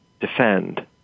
defend